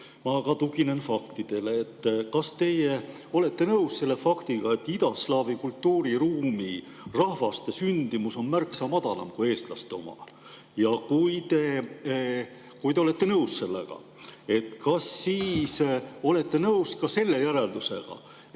Ma ka tuginen faktidele. Kas te olete nõus selle faktiga, et idaslaavi kultuuriruumi rahvaste sündimus on märksa madalam kui eestlaste oma? Kui te olete sellega nõus, kas te olete siis nõus ka selle järeldusega, et